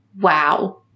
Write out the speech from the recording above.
wow